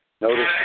Notice